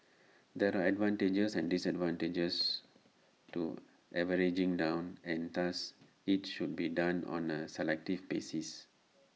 there are advantages and disadvantages to averaging down and thus IT should be done on A selective basis